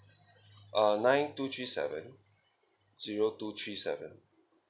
uh nine two three seven zero two three seven